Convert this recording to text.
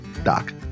Doc